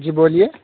جی بولیے